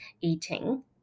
eating